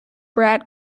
brad